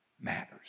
matters